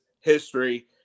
history